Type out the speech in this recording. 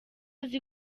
azi